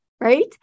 Right